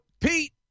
Pete